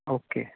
okay